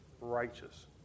righteous